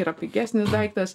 yra pigesnis daiktas